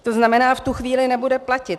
To znamená, v tu chvíli nebude platit.